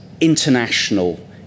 international